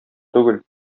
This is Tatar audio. түгел